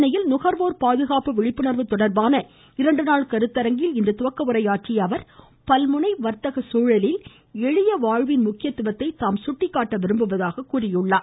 சென்னையில் நுகர்வோர் பாதுகாப்பு விழிப்புணர்வு தொடர்பான இரண்டு நாள் கருத்தரங்கில் இன்று துவக்க உரையாற்றிய அவர் பல்முனை வாத்தக சூழலில் எளிய வாழ்வின் முக்கியத்துவத்தை தாம் சுட்டிக்காட்ட விரும்புவதாக கூறியிருக்கிறார்